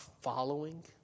following